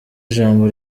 ijambo